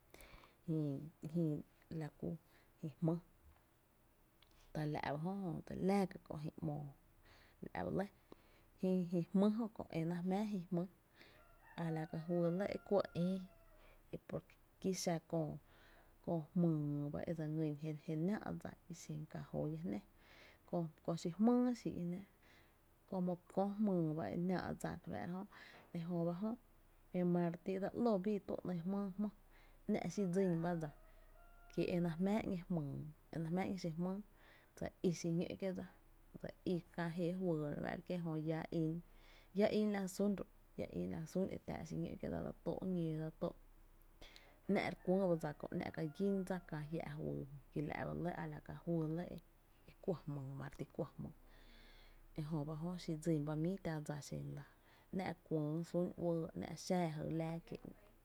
Jiï, la ku j¨*i jmý tala’ baj¨ö dse li laa’ ka kö’ jïï ‘moo la’ ba lɇ jï jmý jö kö’ e náá’ jmáá jï jmý a la ka juý lɇ e kuɇ ïï ki e por kí xa köö köö jmyy ba e dse ngýn je náá’ dsa i xen kaä jóo llá jnaa, kö xi jmýy xíi’ jnáá’ como kö jmyy ba e náá’ dsa re fáá’ra jö, ejö ba jö, e mare ti dse ‘ló bii tü, ‘ny jmýy jmý, ‘nⱥ’ xi dsín ba dsa ki e náá’ jmⱥⱥ ‘ñee jmyy, enáá’ jmáá ‘ñee xi jmýy dse í xiñó’ kié’ dsa dse ói kä jée juyy ejö iá ín, iaa ín lajy sún ro’, iá ín lajy sún e táá’ xiñó’ kié’ dsa dse tóó’ ñóo dse tó’ ‘nⱥ’ re kuÿÿ ba dsa kö, ‘nⱥ’ ka gín dsa kää jia’ juyy ki la’ ba lɇ a la a ka juy lɇ e mare ti kuɇ jmyy, ejö ba jö xi dsin ba míi tⱥⱥ dsa xen la, ‘nⱥ’ kuÿÿ sún uɇɇ ‘nⱥ’ xaa jy láá kiee’ ‘nⱥ’.